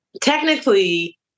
technically